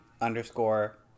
underscore